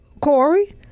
Corey